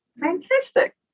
Fantastic